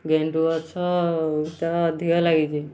ଗେଣ୍ଡୁ ଗଛ ତ ଅଧିକ ଲାଗିଛି